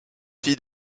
fille